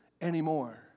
anymore